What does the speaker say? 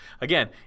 again